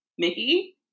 Mickey